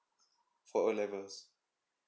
for O levels